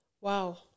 Wow